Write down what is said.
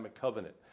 covenant